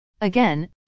Again